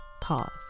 pause